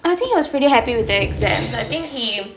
I think he was pretty happy with the exams I think he